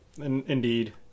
Indeed